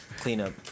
Cleanup